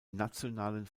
nationalen